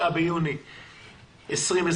29 ביוני 2020,